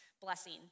blessing